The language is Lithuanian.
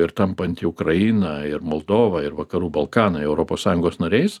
ir tampanti ukraina ir moldova ir vakarų balkanai europos sąjungos nariais